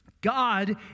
God